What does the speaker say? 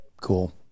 Cool